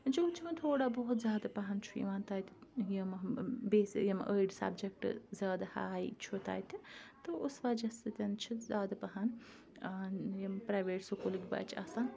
وۄنۍ چھُ ہُہ چھُ وۄنۍ تھوڑا بہت زیادٕ پَہَم چھُ یِوان تَتہِ یِم بیسہِ یِم أڑۍ سَبجَکٹ زیادٕ ہاے چھُ تَتہِ تہٕ اُس وجہ سۭتۍ چھِ زیادٕ پَہَم یِم پرٛایویٹ سکوٗلٕکۍ بَچہِ آسان